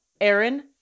Aaron